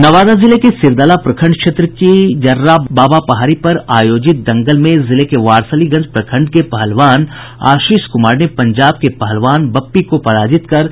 नवादा जिले के सिरदला प्रखंड क्षेत्र की जर्रा बाबा पहाड़ी पर आयोजित दंगल में जिले के वारिसलीगंज प्रखंड के पहलवान आशिष कुमार ने पंजाब के पहलवान बप्पी को पराजित कर खिताब पर कब्जा जमाया